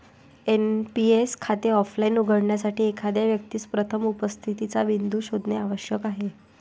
NPS खाते offline उघडण्यासाठी, एखाद्या व्यक्तीस प्रथम उपस्थितीचा बिंदू शोधणे आवश्यक आहे